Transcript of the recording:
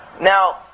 Now